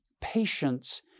patience